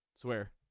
Swear